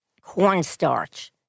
cornstarch